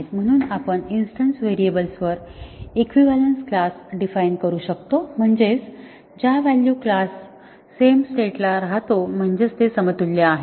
म्हणून आपण instance variables वर इक्विव्हॅलंस क्लास डिफाइन करू शकतो म्हणजे ज्या व्हॅलू साठी क्लास सेम स्टेट ला राहतो म्हणजेच ते समतुल्यआहेत